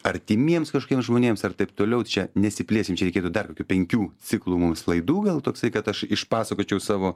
artimiems kažkokiems žmonėms ar taip toliau čia nesiplėsim čia reikėtų dar kokių penkių ciklų mums laidų gal toksai kad aš išpasakočiau savo